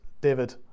David